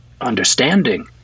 understanding